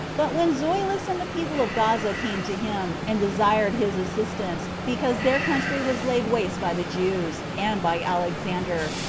but when zoilus and the people of gaza came to him, and desired his assistance, because their country was laid waste by the jews, and by alexander,